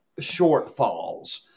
shortfalls